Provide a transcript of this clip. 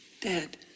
dead